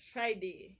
Friday